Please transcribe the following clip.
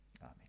Amen